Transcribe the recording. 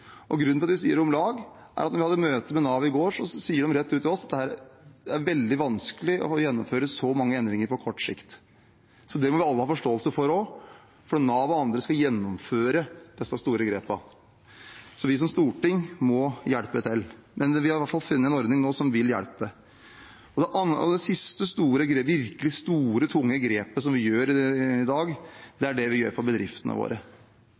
Og grunnen til at jeg sier «om lag», er at vi hadde møte med Nav i går, og de sier rett ut til oss: Det er veldig vanskelig å gjennomføre så mange endringer på kort sikt. Det må vi alle ha forståelse for, for Nav skal gjennomføre disse store grepene. Så vi som storting må hjelpe til. Men vi har i alle fall funnet en ordning nå som vil hjelpe. Det siste virkelig store, tunge grepet vi gjør i dag, er det vi gjør for bedriftene våre.